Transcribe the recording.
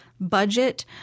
budget